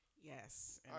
Yes